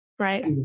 Right